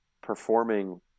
performing